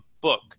book